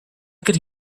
could